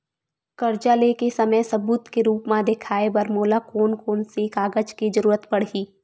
कर्जा ले के समय सबूत के रूप मा देखाय बर मोला कोन कोन से कागज के जरुरत पड़ही?